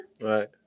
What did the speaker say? Right